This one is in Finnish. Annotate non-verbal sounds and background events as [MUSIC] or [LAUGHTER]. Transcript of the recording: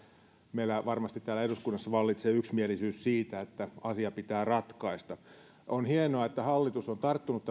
meillä varmasti täällä eduskunnassa vallitsee yksimielisyys siitä että asia pitää ratkaista on hienoa että hallitus on tarttunut [UNINTELLIGIBLE]